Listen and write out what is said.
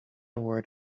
word